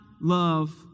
love